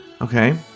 Okay